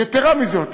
יתרה מזאת,